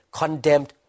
condemned